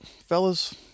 fellas